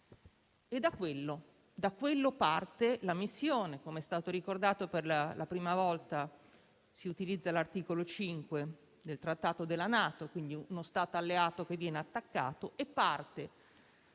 e da lì parte la missione: com'è stato ricordato, per la prima volta si utilizza l'articolo 5 del trattato della NATO, con uno Stato alleato che viene attaccato, e parte,